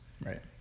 Right